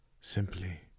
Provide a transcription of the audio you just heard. Simply